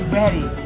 ready